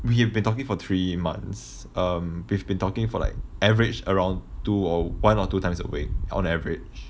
we've been talking for three months um we've been talking for like average around two or one or two times a week on average